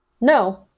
No